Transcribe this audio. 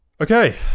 Okay